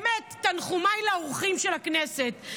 באמת, תנחומיי לאורחי הכנסת.